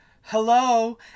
hello